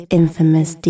infamous